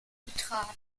betrat